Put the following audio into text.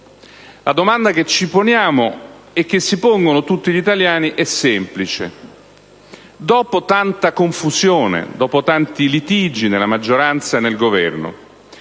La domanda che ci poniamo, e che si pongono tutti gli italiani, è semplice: dopo tanta confusione, dopo tanti litigi nella maggioranza e nel Governo,